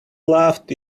laughed